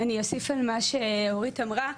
אני אוסיף על מה שאורית אמרה.